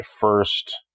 first –